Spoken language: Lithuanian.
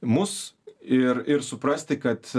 mus ir ir suprasti kad